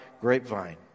grapevine